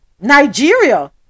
Nigeria